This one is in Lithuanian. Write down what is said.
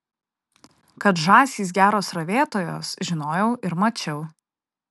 kad žąsys geros ravėtojos žinojau ir mačiau